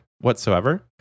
whatsoever